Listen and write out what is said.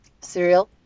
cereal